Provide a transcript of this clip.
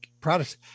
products